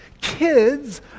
kids